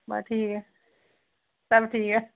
ਵਾ ਠੀਕ ਹੈ ਚਲ ਠੀਕ ਹੈ